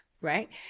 Right